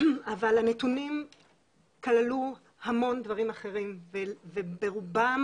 אבל הנתונים כללו המון דברים אחרים וברובם